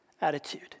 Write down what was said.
attitude